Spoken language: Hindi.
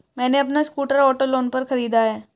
मैने अपना स्कूटर ऑटो लोन पर खरीदा है